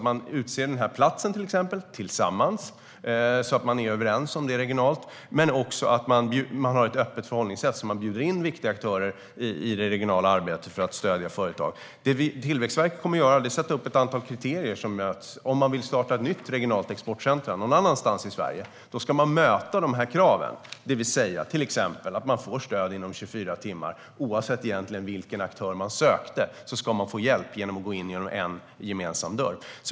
Man utser till exempel en plats tillsammans så att man är överens om det regionalt. Man har också ett öppet förhållningssätt så att man bjuder in viktiga aktörer i det regionala arbetet för att stödja företag. Tillväxtverket kommer att sätta upp ett antal kriterier. Om man vill starta ett nytt regionalt exportcentrum någonstans i Sverige ska det möta dessa krav. Det handlar till exempel om att man får stöd inom 24 timmar. Oavsett vilken aktör man söker ska man få hjälp genom att gå in genom en gemensam dörr.